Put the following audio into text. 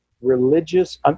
religious